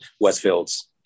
Westfield's